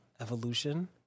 Evolution